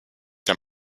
der